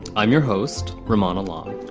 i'm your host, ramona long,